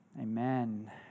amen